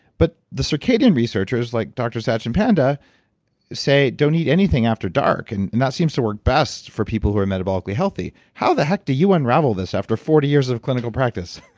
but the circadian researches like dr. satchin panda say, don't eat anything after dark and and that seems to work best for people who are metabolically healthy. how the heck do you unravel this after forty years of clinical practice?